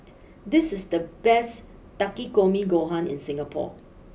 this is the best Takikomi Gohan in Singapore